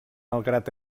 malgrat